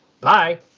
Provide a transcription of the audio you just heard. Bye